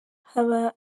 habarurema